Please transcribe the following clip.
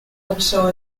also